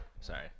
Sorry